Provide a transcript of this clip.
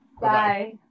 Bye